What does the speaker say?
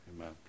Amen